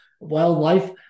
wildlife